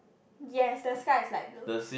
yes the sky is light blue